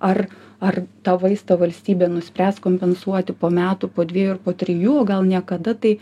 ar ar tą vaistą valstybė nuspręs kompensuoti po metų po dviejų ir po trijų o gal niekada tai